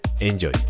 Enjoy